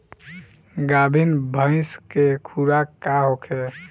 गाभिन भैंस के खुराक का होखे?